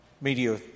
media